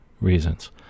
reasons